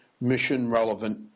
mission-relevant